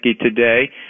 today